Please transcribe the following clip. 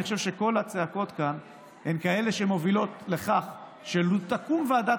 כל הצעקות כאן הן כאלה שמובילות לכך שלו תקום ועדת